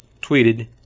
tweeted